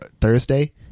Thursday